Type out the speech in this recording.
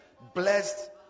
blessed